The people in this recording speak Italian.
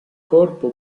corpo